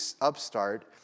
upstart